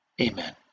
Amen